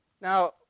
Now